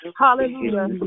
Hallelujah